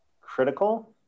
critical